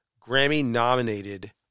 Grammy-nominated